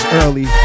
early